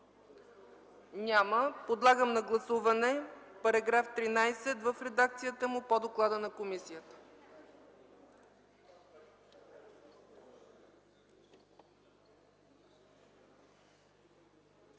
Няма. Подлагам на гласуване § 13 в редакцията му по доклада на комисията.